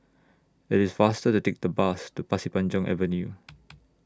IT IS faster to Take The Bus to Pasir Panjang Avenue